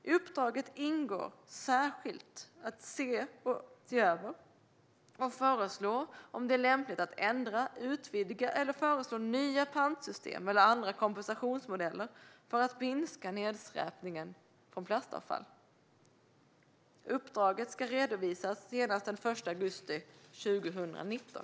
I uppdraget ingår särskilt att se över och föreslå om det är lämpligt att ändra, utvidga eller föreslå nya pantsystem eller andra kompensationsmodeller för att minska nedskräpningen från plastavfall. Uppdraget ska redovisas senast den 1 augusti 2019.